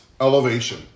elevation